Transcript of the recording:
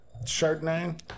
Chardonnay